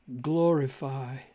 glorify